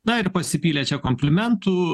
na ir pasipylė čia komplimentų